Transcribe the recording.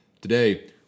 Today